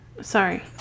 sorry